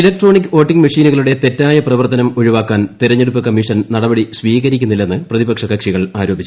electronic voting മെഷീനുകളുടെ തെറ്റായ പ്രവർത്തനം ഒഴിവാക്കാൻ തെരഞ്ഞെടുപ്പ് കമ്മീഷൻ നടപടി സ്വീകരിക്കുന്നില്ലെന്ന് പ്രതിപക്ഷ കക്ഷികൾ ആരോപിച്ചു